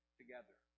together